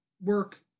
work